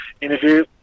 interview